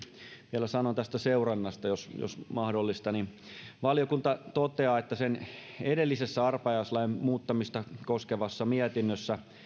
vielä sanon tästä seurannasta jos jos mahdollista valiokunta toteaa että sen edellisessä arpajaislain muuttamista koskevassa mietinnössä